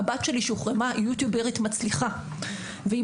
הבת שלי שהוחרמה היא יוטיוברית מצליחה והיא